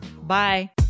Bye